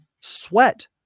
sweat